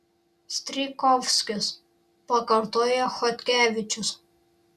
strijkovskis pakartoja chodkevičius